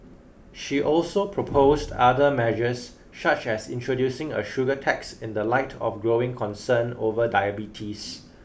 she also proposed other measures such as introducing a sugar tax in the light of growing concern over diabetes